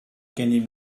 gennym